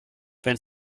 wenn